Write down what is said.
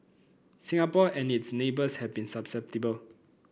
Singapore and its neighbours have been susceptible